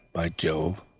by jove,